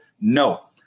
no